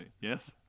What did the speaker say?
yes